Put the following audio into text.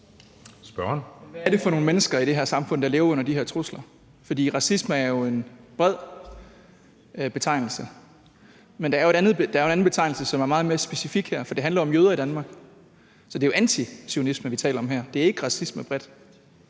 Hvad er det for nogle mennesker i det her samfund, der lever med de her trusler? For racisme er en bred betegnelse. Men der er jo en anden betegnelse, som er meget mere specifik. For det handler om jøder i Danmark. Så det er jo antizionisme, vi taler om her. Det er ikke racisme bredt